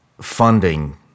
funding